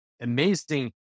amazing